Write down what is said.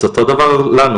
אז אותו הדבר גם לנו,